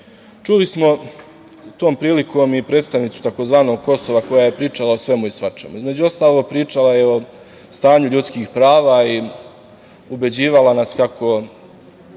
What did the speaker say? smo tom prilikom i predstavnicu tzv. Kosova koja je pričala o svemu i svačemu. Između ostalog, pričala je i o stanju ljudskih prava i ubeđivala nas kako,